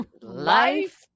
Life